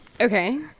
Okay